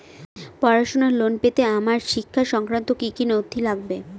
পড়াশুনোর লোন পেতে আমার শিক্ষা সংক্রান্ত কি কি নথি লাগবে?